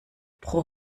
pro